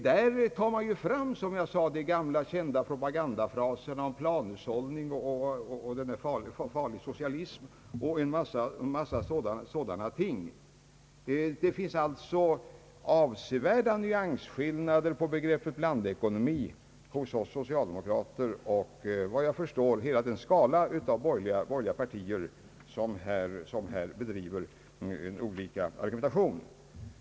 Där tas fram, som jag sade, de gamla kända propagandafraserna om planhushållning, den farliga socialismen osv. Det finns alltså avsevärda nyansskillnader vad gäller begreppet blandekonomi mellan oss socialdemokrater och, vad jag förstår, hela den skala av borgerliga partier som här bedriver olika slag av argumentation.